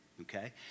okay